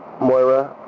Moira